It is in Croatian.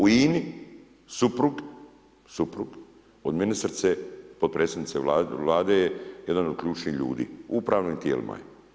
U INA-i suprug od ministrice, potpredsjednice Vlade je jedan od ključnih ljudi u upravnim tijelima je.